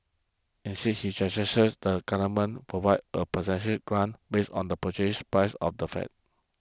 instead he that the Government Provide a percentage grant based on the Purchase Price of the flat